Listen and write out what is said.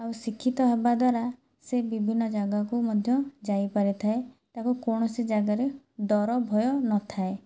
ଆଉ ଶିକ୍ଷିତ ହେବାଦ୍ଵାରା ସେ ବିଭିନ୍ନ ଜାଗାକୁ ମଧ୍ୟ ଯାଇପାରିଥାଏ ତାକୁ କୌଣସି ଜାଗାରେ ଡ଼ର ଭୟ ନଥାଏ